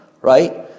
right